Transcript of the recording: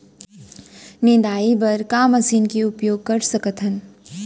निंदाई बर का मशीन के उपयोग कर सकथन?